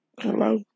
Hello